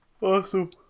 awesome